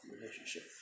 relationship